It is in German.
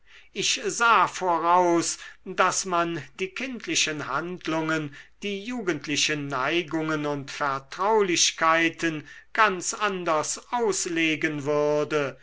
ich sah voraus daß man die kindlichen handlungen die jugendlichen neigungen und vertraulichkeiten ganz anders auslegen würde